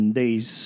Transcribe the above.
days